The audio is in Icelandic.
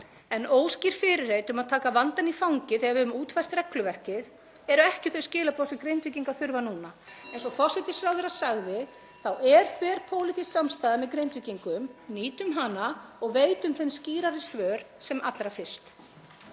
En óskýr fyrirheit um að taka vandann í fangið þegar við höfum útfært regluverkið eru ekki þau skilaboð sem Grindvíkingar þurfa núna. Eins og forsætisráðherra sagði þá er þverpólitísk samstaða með Grindvíkingum. Nýtum hana og veitum þeim skýrari svör sem allra fyrst.